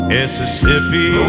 Mississippi